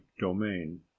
domain